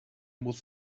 muss